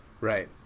Right